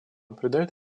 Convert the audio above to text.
придает